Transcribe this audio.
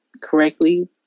correctly